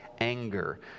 Anger